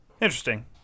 Interesting